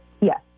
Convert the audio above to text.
Yes